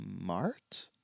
smart